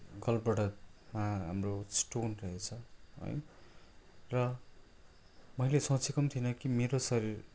गल ब्लाडरमा हाम्रो स्टोन रहेछ है र मैले सोचेको पनि थिइनँ कि मेरो शरीर